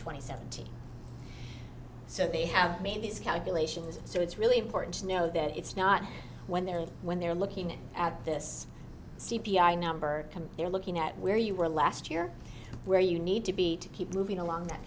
twenty seventeen so they have made these calculations so it's really important to know that it's not when they're when they're looking at this c p i number coming they're looking at where you were last year where you need to be to keep moving along that